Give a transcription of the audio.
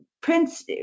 Prince